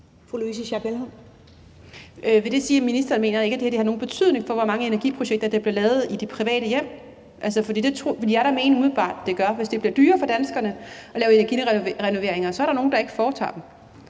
Vil det sige, at ministeren ikke mener, at det her har nogen betydning for, hvor mange energiprojekter der bliver lavet i de private hjem? For det ville jeg da umiddelbart mene at det har. Hvis det bliver dyrere for danskerne at lave energirenoveringer, er der nogle, der ikke foretager dem,